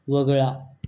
वगळा